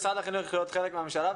חייבים להפריד את היסודי מהעל-יסודי.